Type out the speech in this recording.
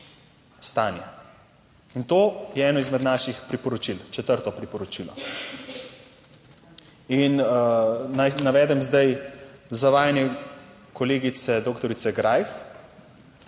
In to je eno izmed naših priporočil, četrto priporočilo. Naj navedem zdaj zavajanje kolegice doktorice Greif,